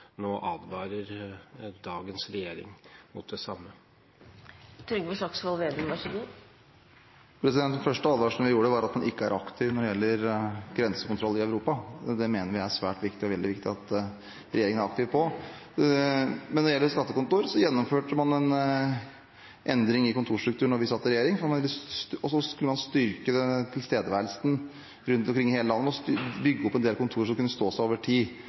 ikke var aktiv når det gjaldt grensekontroll i Europa. Det mener vi er svært viktig, og det er veldig viktig at regjeringen er aktiv her. Når det gjelder skattekontor, gjennomførte man en endring i kontorstrukturen da vi satt i regjering. Man skulle styrke tilstedeværelsen rundt omkring i hele landet ved å bygge opp en del kontor som kunne stå seg over tid.